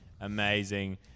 Amazing